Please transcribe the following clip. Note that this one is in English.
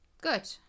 good